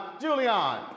Julian